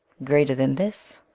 greater then this